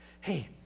Hey